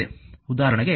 ಉದಾಹರಣೆಗೆ